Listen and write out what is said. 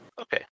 Okay